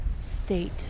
State